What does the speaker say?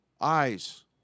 Eyes